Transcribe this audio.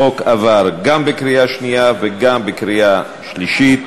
החוק עבר גם בקריאה שנייה וגם בקריאה שלישית